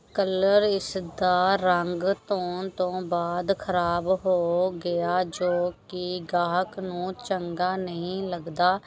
colour ਇਸ ਦਾ ਰੰਗ ਧੋਣ ਤੋਂ ਬਾਅਦ ਖਰਾਬ ਹੋ ਗਿਆ ਜੋ ਕਿ ਗਾਹਕ ਨੂੰ ਚੰਗਾ ਨਹੀਂ ਲੱਗਦਾ